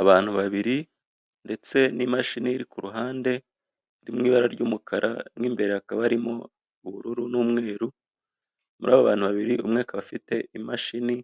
Abantu babiri ndetse n'imashini iri kuruhande iri mu ibara ry'umukara mu imbere hakaba harimo ubururu n'umweru, muri abo bantu babiri umwe akaba afite imashini